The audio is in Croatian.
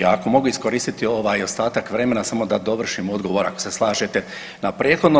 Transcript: Ako mogu iskoristiti ostatak vremena samo da dovršim odgovor ako se slažete na prethodno.